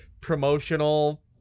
promotional